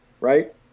right